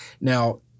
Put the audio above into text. Now